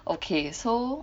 okay so